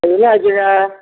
அது என்னாச்சுங்க